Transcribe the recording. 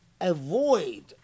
avoid